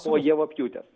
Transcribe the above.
po javapjūtės